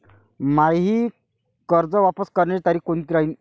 मायी कर्ज वापस करण्याची तारखी कोनती राहीन?